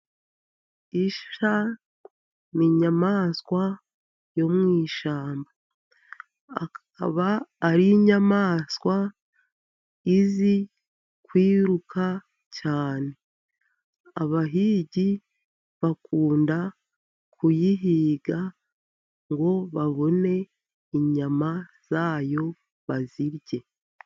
Isha ni inyamaswa yo mu ishyamba, akaba ari inyamaswa izi kwiruka cyane. Abahigi bakunda kuyihiga ngo babone inyama zayo bazirye.